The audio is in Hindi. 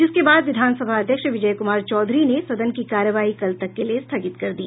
जिसके बाद विधानसभा अध्यक्ष विजय कुमार चौधरी ने सदन की कार्यवाही कल तक के लिए स्थगित कर दी